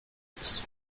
topics